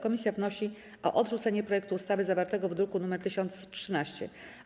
Komisja wnosi o odrzucenie projektu ustawy zawartego w druku nr 1013.